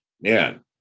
man